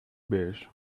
base